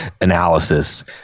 analysis